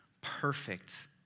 perfect